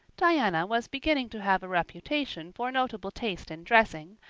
diana was beginning to have a reputation for notable taste in dressing,